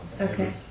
Okay